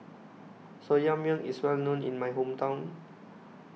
Soya Milk IS Well known in My Hometown